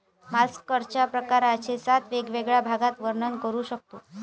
मॉलस्कच्या प्रकारांचे सात वेगवेगळ्या भागात वर्णन करू शकतो